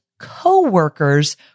co-workers